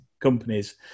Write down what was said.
companies